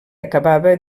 acabava